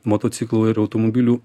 motociklų ir automobilių